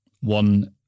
one